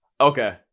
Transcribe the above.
okay